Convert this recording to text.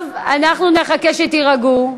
טוב, אנחנו נחכה שתירגעו.